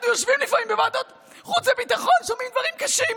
אנחנו יושבים לפעמים בוועדות חוץ וביטחון ושומעים דברים קשים.